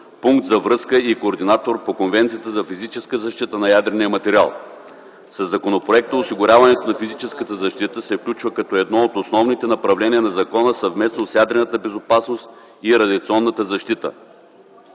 пункт за връзка и координатор по Конвенцията за физическа защита на ядрения материал. Със законопроекта осигуряването на физическата защита се включва като едно от основните направления на закона съвместно с ядрената безопасност и радиационната защита.